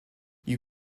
you